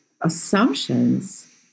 assumptions